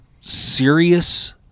serious